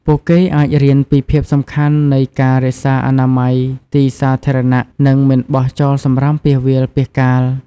ពួកគេអាចរៀនពីភាពសំខាន់នៃការរក្សាអនាម័យទីសាធារណៈ និងមិនបោះចោលសំរាមពាសវាលពាសកាល។